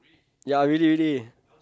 ya really really